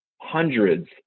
hundreds